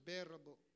unbearable